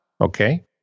okay